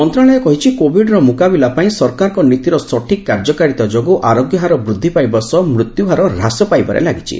ମନ୍ତ୍ରଣାଳୟ କହିଛି କୋଭିଡ୍ର ମୁକାବିଲା ପାଇଁ ସରକାରଙ୍କ ନୀତିର ସଠିକ୍ କାର୍ଯ୍ୟକାରୀତା ଯୋଗୁଁ ଆରୋଗ୍ୟହାର ବୃଦ୍ଧି ପାଇବା ସହ ମୃତ୍ୟୁହାର ହ୍ରାସ ପାଇବାରେ ଲାଗିଛି